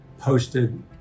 posted